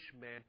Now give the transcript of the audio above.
man